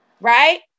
right